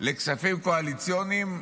מכספים קואליציוניים,